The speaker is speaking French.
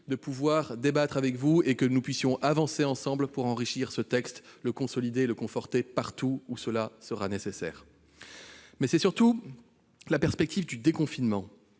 de pouvoir débattre avec vous afin que nous puissions avancer ensemble pour enrichir ce texte, le consolider et le conforter partout où cela sera nécessaire. C'est surtout la perspective du déconfinement